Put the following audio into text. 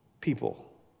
people